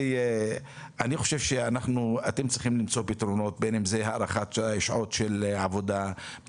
חושב שאתם צריכים למצוא פתרונות בין אם אלה הארכת שעות העבודה,